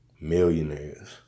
millionaires